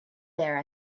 there